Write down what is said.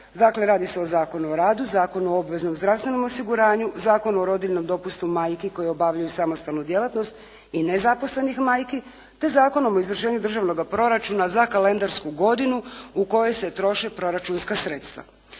Dakle, radi se o Zakonu o radu, Zakonu o obveznom zdravstvenom osiguranju, Zakonu o rodiljnom dopustu majki koje obavljaju samostalnu djelatnost i nezaposlenih majki, te Zakonom o izvršenju državnoga proračuna za kalendarsku godinu u kojoj se troše proračunska sredstva.